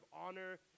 honor